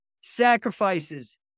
sacrifices